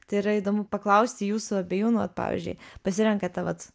tai yra įdomu paklausti jūsų abiejų nu vat pavyzdžiui pasirenkate vat